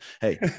hey